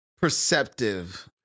perceptive